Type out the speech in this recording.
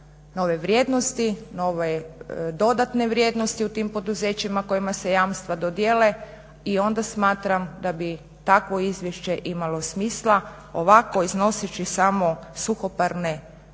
nove vrijednosti, nove dodatne vrijednosti u tim poduzećima kojima se jamstva dodijele. I onda smatram da bi takvo izvješće imalo smisla. Ovako iznoseći samo suhoparne